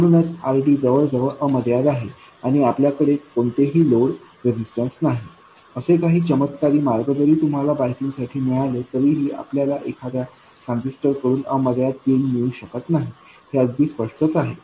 म्हणूनच RDजवळजवळ अमर्याद आहे किंवा आपल्याकडे कोणतेही लोड रेजिस्टन्स नाही असे काही चमत्कारी मार्ग जरी तुम्हाला बायसिंग साठी मिळाले तरीही आपल्याला एखाद्या ट्रान्झिस्टर कडून अमर्याद गेन मिळू शकत नाही हे अगदी स्पष्टच आहे